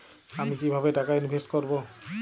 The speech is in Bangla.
আমি কিভাবে টাকা ইনভেস্ট করব?